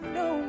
no